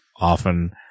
often